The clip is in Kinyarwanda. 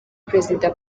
perezida